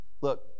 Look